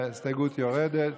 וההסתייגות יורדת,